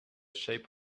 shape